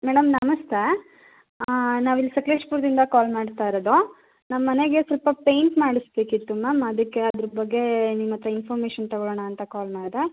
madam ನಮಸ್ತೆ ನಾವು ಇಲ್ಲಿ ಸಕಲೇಶ್ಪುರದಿಂದ ಕಾಲ್ ಮಾಡ್ತಾ ಇರೋದು ನಮ್ಮ ಮನೆಗೆ ಸ್ವಲ್ಪ ಪೇಯಿಂಟ್ ಮಾಡಿಸ್ಬೇಕಿತ್ತು ಮ್ಯಾಮ್ ಅದಕ್ಕೆ ಅದ್ರ ಬಗ್ಗೆ ನಿಮ್ಮ ಹತ್ರ ಇಂಫಾರ್ಮೇಶನ್ ತೊಗೊಳೋಣ ಅಂತ ಕಾಲ್ ಮಾಡಿದೆ